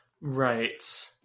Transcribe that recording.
right